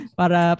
para